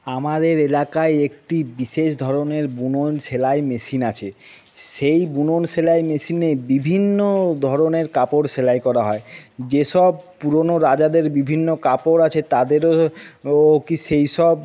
আমাদের এলাকায় একটি বিশেষ ধরনের বুনন সেলাই মেশিন আছে সেই বুনন সেলাই মেশিনে বিভিন্ন ধরনের কাপড় সেলাই করা হয় যে সব পুরনো রাজাদের বিভিন্ন কাপড় আছে তাদেরও ও কি সেই সব